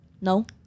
no